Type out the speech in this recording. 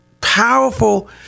powerful